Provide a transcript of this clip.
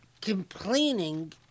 complaining